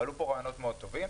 ועלו פה רעיונות מאוד טובים.